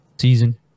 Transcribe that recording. season